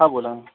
हा बोला